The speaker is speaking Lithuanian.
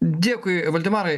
dėkui valdemarai